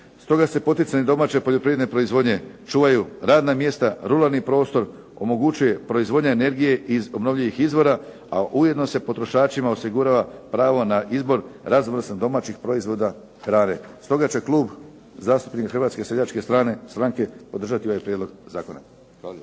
Stoga se poticanjem domaće poljoprivredne proizvodnje čuvaju radna mjesta, ruralni prostor, omogućuje proizvodnja energije iz obnovljivih izvora a ujedno se potrošačima osigurava pravo na izbor raznovrsnih domaćih proizvoda hrane. Stoga će Klub zastupnika Hrvatske seljačke stranke podržati ovaj prijedlog zakona.